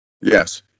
yes